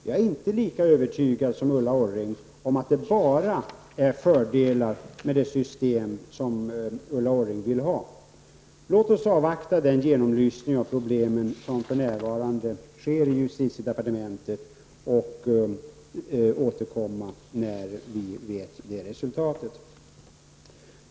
Jag är inte lika övertygad som Ulla Orring om att det bara finns fördelar med det system som Ulla Orring vill ha. Låt oss avvakta den genomlysning av problemen som för närvarande sker i justitiedepartementet och återkomma när vi vet resultatet.